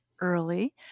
early